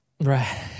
Right